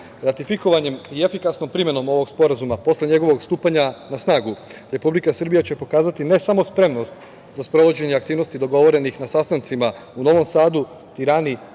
obraćanju. Ratifikovanjem i efikasnom primenom ovog sporazuma posle njegovog stupanja na snagu Republika Srbija će pokazati ne samo spremnost za sprovođenje aktivnosti dogovorenih na sastancima u Novom Sadu, Tirani